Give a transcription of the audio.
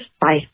Bye